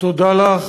היא התנצלה,